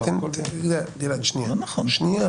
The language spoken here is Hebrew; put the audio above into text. בסך